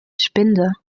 spinde